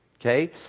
Okay